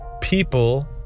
people